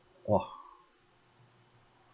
!wah!